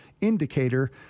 indicator